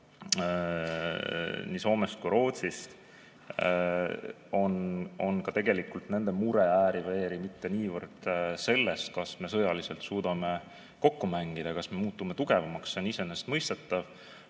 nii Soomest kui Rootsist. Tegelikult on nende mure ääri-veeri mitte niivõrd selles, kas me sõjaliselt suudame kokku mängida ja kas me muutume tugevamaks – see on iseenesestmõistetav